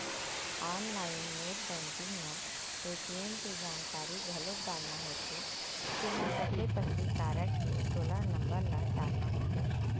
online net banking म ATM के जानकारी घलोक डालना होथे जेमा सबले पहिली कारड के सोलह नंबर ल डालना होथे